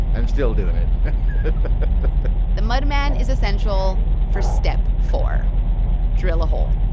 i'm still doing it the mud man is essential for step four drill a hole.